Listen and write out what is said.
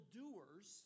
doers